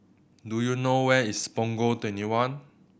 do you know where is Punggol Twenty one